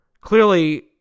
clearly